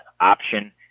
option